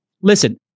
listen